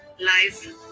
life